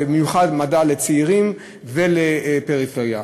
במיוחד מדע לצעירים ולפריפריה,